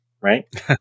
right